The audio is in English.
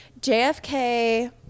JFK